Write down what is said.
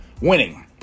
winning